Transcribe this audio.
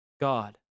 God